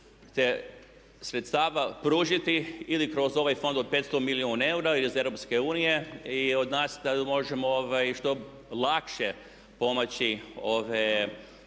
sredstva pružiti ili kroz ovaj fond od 500 milijuna eura iz EU i od nas da možemo što lakše pomoći